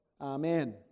Amen